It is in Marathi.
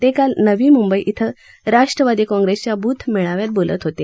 ते काल नवी मुंबई इथं राष्ट्रवादी काँग्रेसच्या ब्थ मेळाव्यात बोलत होते